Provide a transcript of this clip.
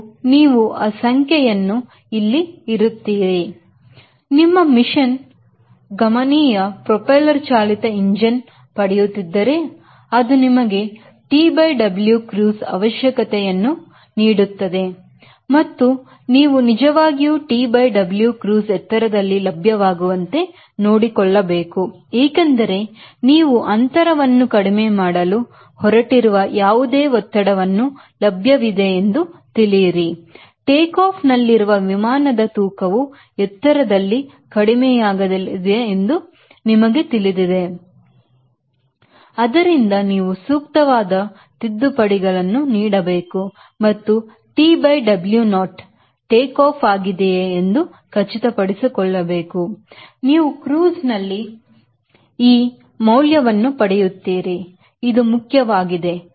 ಆದ್ದರಿಂದ ನೀವು ಆ ಸಂಖ್ಯೆಯನ್ನು ಇಲ್ಲಿ ಇರುತ್ತೀರಿ ನಿಮ್ಮ ಮಿಷನ್ ಗರ್ಚೇನಿಯ ಪ್ರೊಪೆಲ್ಲರ್ ಚಾಲಿತ ಇಂಜಿನನ್ನು ಪಡೆಯುತ್ತಿದ್ದರೆ ಅದು ನಿಮಗೆ TW Cruise ಅವಶ್ಯಕತೆಯನ್ನು ನೀಡುತ್ತದೆ ಮತ್ತು ನೀವು ನಿಜವಾಗಿಯೂ TW Cruise ಎತ್ತರದಲ್ಲಿ ಲಭ್ಯವಾಗುವಂತೆ ನೋಡಿಕೊಳ್ಳಬೇಕು ಏಕೆಂದರೆ ನೀವು ಅಂತರವನ್ನು ಕಡಿಮೆ ಮಾಡಲು ಹೊರಟಿರುವ ಯಾವುದೇ ಒತ್ತಡವನ್ನು ಲಭ್ಯವಿದೆ ಎಂದು ತಿಳಿಯಿರಿ ಟೇಕಾಫ್ ನಲ್ಲಿರುವ ವಿಮಾನದ ತೂಕವು ಎತ್ತರದಲ್ಲಿ ಕಡಿಮೆಯಾಗಲಿದೆ ಎಂದು ನಿಮಗೆ ತಿಳಿದಿದೆ ಆದ್ದರಿಂದ ನೀವು ಸೂಕ್ತವಾದ ತಿದ್ದುಪಡಿಗಳನ್ನು ನೀಡಬೇಕು ಮತ್ತು TWo ಟೇಕಾಫ್ ಆಗಿದೆಯೇ ಎಂದು ಖಚಿತಪಡಿಸಿಕೊಳ್ಳಬೇಕು ನೀವು cruiseನಲ್ಲಿ ಈ ಮೌಲ್ಯವನ್ನು ಪಡೆಯುತ್ತೀರಿ ಇದು ಮುಖ್ಯವಾಗಿದೆ